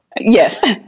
Yes